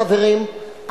חברים,